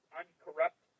uncorrupt